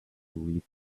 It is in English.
read